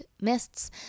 mists